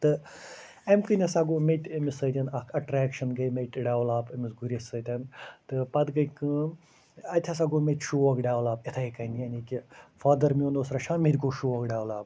تہٕ اَمہِ کِنۍ ہسا گوٚو مےٚ تہِ أمِس سۭتۍ اَکھ اَٹریکشَن گٔے مےٚ تہِ ڈیٚولَپ أمِس گُرِس سۭتۍ تہٕ پَتہٕ گٔے کٲم اَتہِ ہسا گوٚو مےٚ تہِ شوق ڈیٚولَپ یِتھٔے کَنۍ یعنی کہِ فادر میٛون اوس رَچھان مےٚ تہِ گوٚو شوق ڈیٚولَپ